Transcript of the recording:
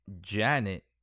Janet